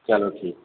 چلو ٹھیک